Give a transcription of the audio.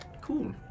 Cool